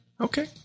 Okay